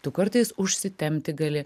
tu kartais užsitempti gali